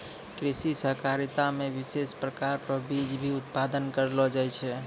कृषि सहकारिता मे विशेष प्रकार रो बीज भी उत्पादन करलो जाय छै